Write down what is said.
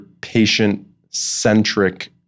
patient-centric